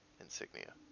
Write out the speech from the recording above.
insignia